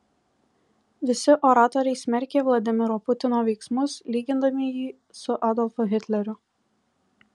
visi oratoriai smerkė vladimiro putino veiksmus lygindami jį su adolfu hitleriu